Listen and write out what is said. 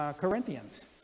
corinthians